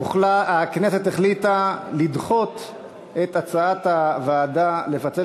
הכנסת החליטה לדחות את הצעת הוועדה לפצל